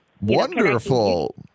Wonderful